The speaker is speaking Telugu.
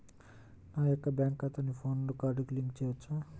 నా యొక్క బ్యాంక్ ఖాతాకి పాన్ కార్డ్ లింక్ చేయవచ్చా?